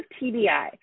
TBI